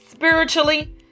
Spiritually